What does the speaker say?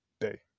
day